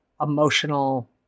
emotional